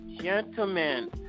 Gentlemen